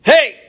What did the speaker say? Hey